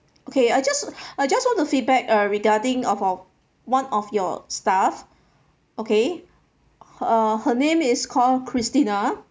okay I just I just want to feedback uh regarding of a one of your staff okay uh her name is called christina